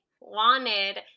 wanted